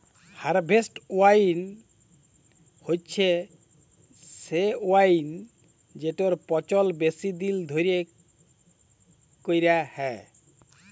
harvest wine হছে সে wine যেটর পচল বেশি দিল ধ্যইরে ক্যইরা হ্যয়